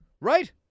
Right